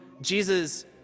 Jesus